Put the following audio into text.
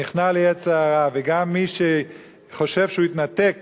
שנכנע ליצר הרע וגם מי שחשב שהוא התנתק